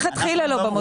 הוא מלכתחילה לא במודל.